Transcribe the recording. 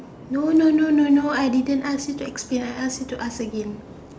no no no no no I didn't ask you to explain I ask you to ask again